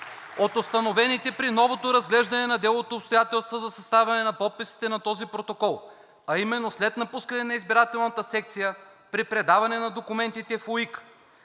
От установените при новото разглеждане на делото обстоятелства за съставяне на подписите на този протокол, а именно след напускане на избирателната секция при предаване на документите в ОИК